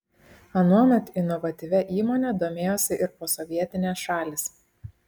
anuomet inovatyvia įmone domėjosi ir posovietinės šalys